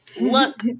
look